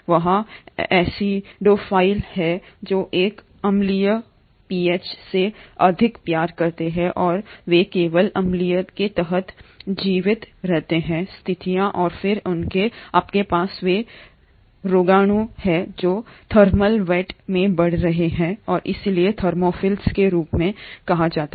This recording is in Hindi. वहाँ एसिडोफाइल हैं जो एक अम्लीय पीएच से अधिक प्यार करते हैं और वे केवल अम्लीय के तहत जीवित रहते हैं स्थितियां और फिर आपके पास वे रोगाणु हैं जो थर्मल वेंट में बढ़ रहे हैं और इसलिए थर्मोफिल्स के रूप में कहा जाता है